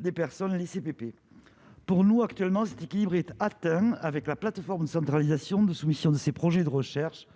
des personnes, Pepe pour nous actuellement, cet équilibre est atteint avec la plateforme centralisation de soumission, de ses projets de recherches,